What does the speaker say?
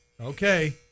okay